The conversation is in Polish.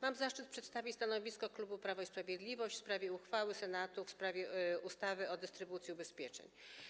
Mam zaszczyt przedstawić stanowisko klubu Prawo i Sprawiedliwość wobec uchwały Senatu w sprawie ustawy o dystrybucji ubezpieczeń.